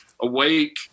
awake